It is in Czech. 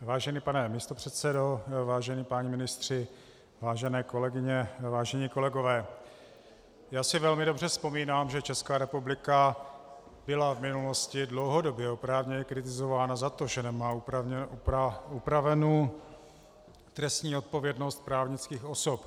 Vážený pane místopředsedo, vážení páni ministři, vážené kolegyně, vážení kolegové, já si velmi dobře vzpomínám, že Česká republika byla v minulosti dlouhodobě oprávněně kritizována za to, že nemá upravenu trestní odpovědnost právnických osob.